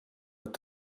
het